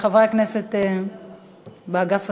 חברי הכנסת באגף השמאלי.